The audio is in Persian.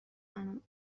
خانم